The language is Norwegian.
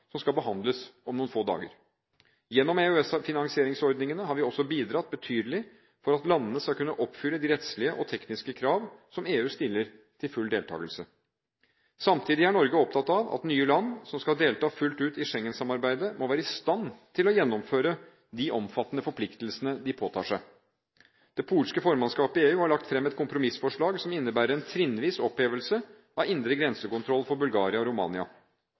som skal behandles om noen få dager. Gjennom EØS-finansieringsordningene har vi også bidratt betydelig for at landene skal kunne oppfylle de rettslige og tekniske krav som EU stiller til full deltakelse. Samtidig er Norge opptatt av at nye land som skal delta fullt ut i Schengen-samarbeidet, må være i stand til å gjennomføre de omfattende forpliktelsene de påtar seg. Det polske formannskapet i EU har lagt fram et kompromissforslag som innebærer en trinnvis opphevelse av indre grensekontroll for Bulgaria og Romania.